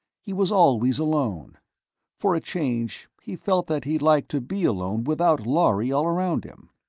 he was always alone for a change, he felt that he'd like to be alone without lhari all around him.